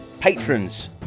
patrons